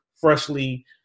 freshly